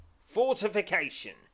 Fortification